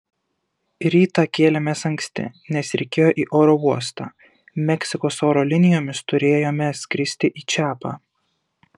rytą kėlėmės anksti nes reikėjo į oro uostą meksikos oro linijomis turėjome skristi į čiapą